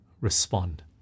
respond